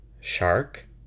shark